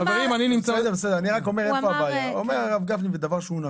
הרב גפני אומר דבר נכון: